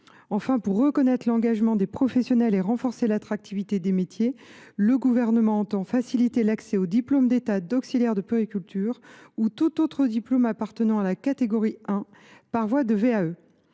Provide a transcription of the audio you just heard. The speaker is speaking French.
Enfin, pour reconnaître l’engagement des professionnels et renforcer l’attractivité des métiers, le Gouvernement entend faciliter l’accès au diplôme d’État d’auxiliaire de puériculture ou tout autre diplôme appartenant à la catégorie 1, par voie de